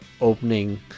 opening